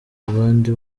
abandi